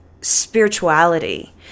spirituality